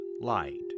Light